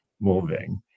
moving